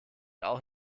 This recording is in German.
auch